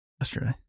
Yesterday